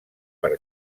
per